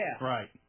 Right